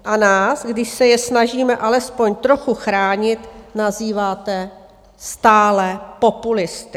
A nás, když se je snažíme alespoň trochu chránit, nazýváte stále populisty.